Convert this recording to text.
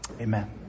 Amen